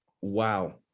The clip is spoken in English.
wow